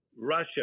Russia